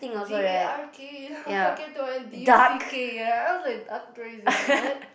D A R K what came to mind D U C K ya I'm like duck tourism what